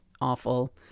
awful